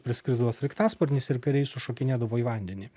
praskrisdavo sraigtasparnis ir kariai sušokinėdavo į vandenį